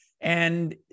And-